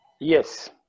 yes